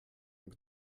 mit